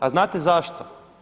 A znate zašto?